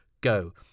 go